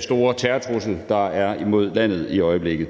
store terrortrussel, der er imod landet i øjeblikket.